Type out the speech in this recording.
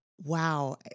Wow